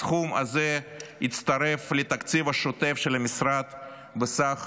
הסכום הזה יצטרף לתקציב השוטף של המשרד בסך